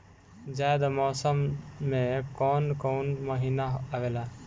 जायद मौसम में कौन कउन कउन महीना आवेला?